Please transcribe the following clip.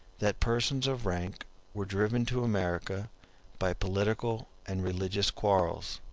that persons of rank were driven to america by political and religious quarrels.